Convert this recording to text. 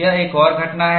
यह एक और घटना है